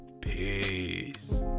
peace